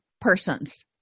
persons